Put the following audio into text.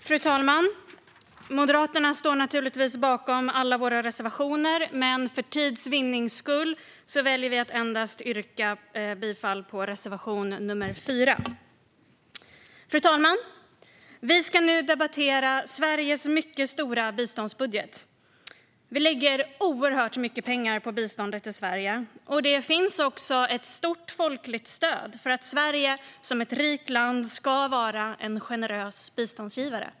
Fru talman! Vi i Moderaterna står naturligtvis bakom alla våra reservationer, men för tids vinnande väljer vi att yrka bifall endast till reservation nr 4. Fru talman! Vi ska nu debattera Sveriges mycket stora biståndsbudget. Vi lägger oerhört mycket pengar på biståndet i Sverige, och det finns också ett stort folkligt stöd för att Sverige som ett rikt land ska vara en generös biståndsgivare.